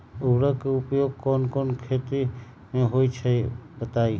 उर्वरक के उपयोग कौन कौन खेती मे होई छई बताई?